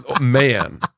man